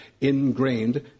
ingrained